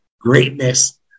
greatness